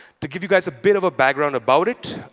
to give you guys a bit of a background about it,